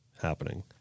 happening